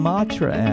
Matra